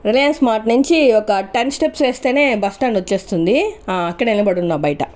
Reliance Mart నుంచి ఒక ten steps వేస్తేనే బస్సు స్టాండ్ వచ్చేస్తుంది అక్కడే నిలబడి ఉన్నా బయట